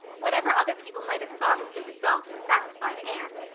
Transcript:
whatever other people might have thought of the result it satisfied anne,